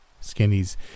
Skinny's